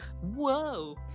Whoa